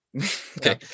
okay